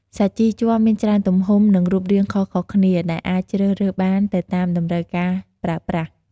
សាជីជ័រមានច្រើនទំហំ និងរូបរាងខុសៗគ្នា ដែលអាចជ្រើសរើសបានទៅតាមតម្រូវការប្រើប្រាស់។